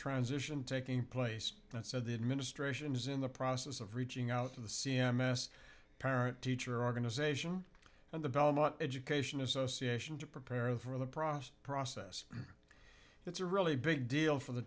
transition taking place that said the administration is in the process of reaching out to the c m s parent teacher organization and the belmont education association to prepare them for the process process it's a really big deal for the